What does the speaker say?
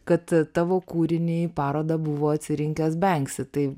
kad tavo kūriniai parodą buvo atsirinkęs vengsi tai